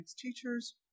teachers